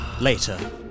Later